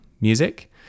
music